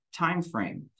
timeframe